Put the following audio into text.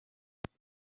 they